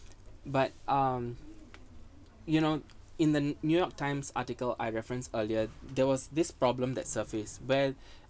but um you know in the new york times article I referenced earlier there was this problem that surfaced where